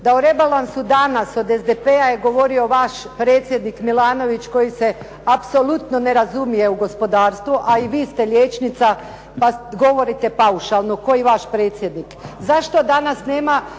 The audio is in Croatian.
da u rebalansu danas od SDP-a je govorio vaš predsjednik Milanović koji se apsolutno ne razumije u gospodarstvo, a i vi ste liječnica pa govorite paušalno kao i vaš predsjednik. Zašto danas nema